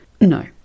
No